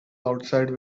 outside